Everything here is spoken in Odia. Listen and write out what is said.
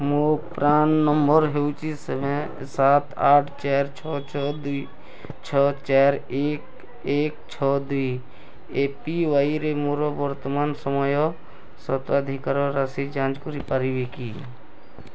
ମୋର ପ୍ରାନ୍ ନମ୍ବର୍ ହେଉଛି ସେଭେନ୍ ସାତ ଆଠ ଚାର ଛଅ ଛଅ ଦୁଇ ଛଅ ଚାରି ଏକ ଏକ ଛଅ ଦୁଇ ଏପିୱାଇରେ ମୋର ବର୍ତ୍ତମାନ ସମୟର ସ୍ୱତ୍ୱାଧିକାର ରାଶି ଯାଞ୍ଚ କରିପାରିବ କି